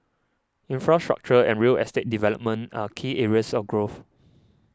infrastructure and real estate development are key areas of growth